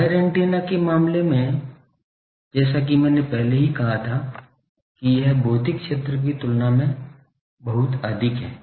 wire antenna के मामले में जैसा कि मैंने पहले ही कहा था कि यह भौतिक क्षेत्र की तुलना में बहुत अधिक है